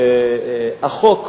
החוק,